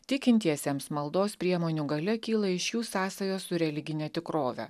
tikintiesiems maldos priemonių galia kyla iš jų sąsajos su religine tikrove